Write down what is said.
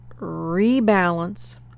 rebalance